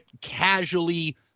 casually